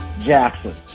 Jackson